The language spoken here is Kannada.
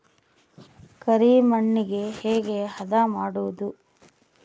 ಕರಿ ಮಣ್ಣಗೆ ಹೇಗೆ ಹದಾ ಮಾಡುದು?